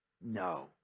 No